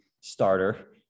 starter